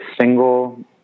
single